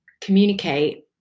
communicate